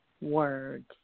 Words